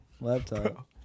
laptop